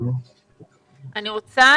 אני רוצה